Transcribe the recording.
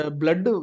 blood